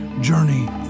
journey